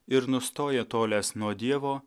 ir nustoja tolęs nuo dievo